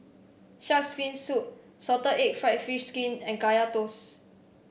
Shark's fin soup Salted Egg fried fish skin and Kaya Toast